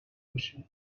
باشه